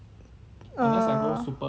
err